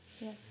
Yes